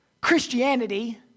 Christianity